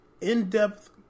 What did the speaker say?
in-depth